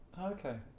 Okay